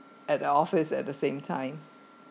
at the office at the same time